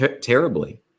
terribly